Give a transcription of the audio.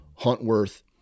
Huntworth